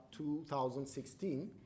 2016